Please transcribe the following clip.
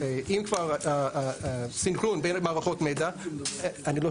אם כבר סנכרון בין מערכות המידע --- כן.